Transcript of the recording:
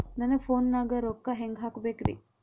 ನನ್ನ ಫೋನ್ ನಾಗ ರೊಕ್ಕ ಹೆಂಗ ಹಾಕ ಬೇಕ್ರಿ?